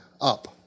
up